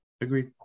Agreed